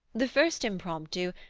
the first impromptu,